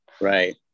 right